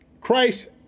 Christ